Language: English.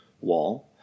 wall